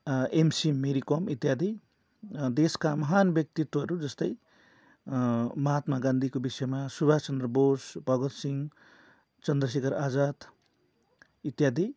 MC Mary Kom इत्यादि देशका महान व्यक्तित्वहरू जस्तै महात्मा गान्धीको विषयमा सुभाषचन्द्र बोस भगत सिंह चन्द्रशेखर आजाद इत्यादि